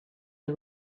der